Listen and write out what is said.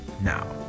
now